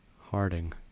Harding